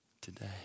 today